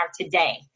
today